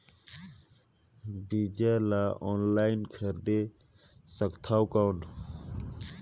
बीजा ला ऑनलाइन खरीदे सकथव कौन?